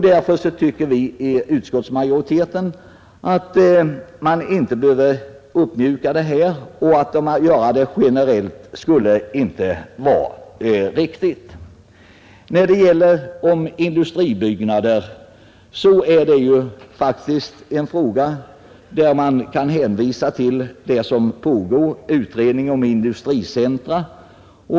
Därför tycker vi inom utskottsmajoriteten att man inte behöver uppmjuka bestämmelserna. En generell uppmjukning skulle inte vara riktig. Frågan om industribyggnader är en fråga där man kan hänvisa till den pågående utredningen om industricentra.